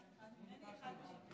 תודה,